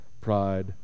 pride